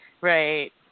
Right